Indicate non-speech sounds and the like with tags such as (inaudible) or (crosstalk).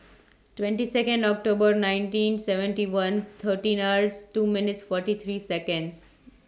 (noise) twenty Second October nineteen seventy one thirteen hours two minutes forty three Seconds